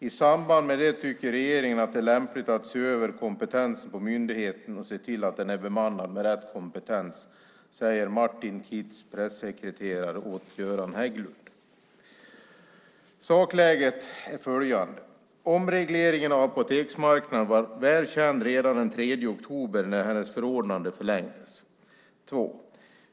I samband med det tycker regeringen att det är lämpligt att se över kompetensen på myndigheten och se till att den är bemannad med rätt kompetens", säger Martin Kits, pressekreterare hos Göran Hägglund. Sakläget är följande: 1. Omregleringen av apoteksmarknaden var väl känd redan den 3 oktober när Taubermans förordnande förlängdes. 2.